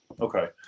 Okay